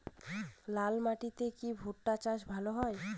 লাল মাটিতে কি ভুট্টা চাষ ভালো হয়?